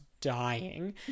dying